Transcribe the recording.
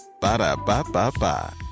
Ba-da-ba-ba-ba